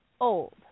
old